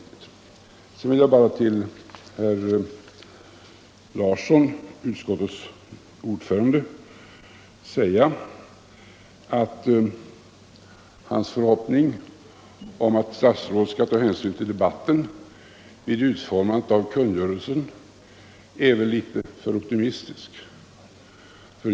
Sedan vill jag bara till herr Larsson i Borrby, jordbruksutskottets ordförande, säga att hans förhoppning om att statsrådet skall ta hänsyn till debatten vid utformandet av kungörelsen väl är litet för optimistisk.